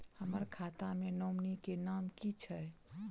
हम्मर खाता मे नॉमनी केँ नाम की छैय